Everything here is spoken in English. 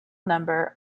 number